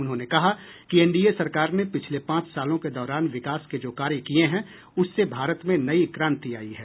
उन्होंने कहा कि एनडीए सरकार ने पिछले पांच सालों के दौरान विकास के जो कार्य किये हैं उससे भारत में नई क्रांति आयी है